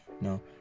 No